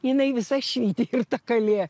jinai visa švyti ir ta kalė